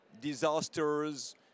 disasters